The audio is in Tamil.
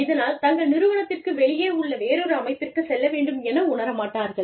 இதனால் தங்கள் நிறுவனத்திற்கு வெளியே உள்ள வேறொரு அமைப்பிற்கு செல்ல வேண்டும் என உணர மாட்டார்கள்